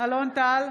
אלון טל,